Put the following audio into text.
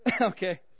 Okay